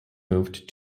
moved